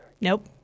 Nope